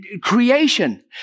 creation